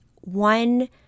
one